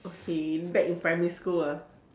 okay back in primary school ah